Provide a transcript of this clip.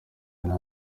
nta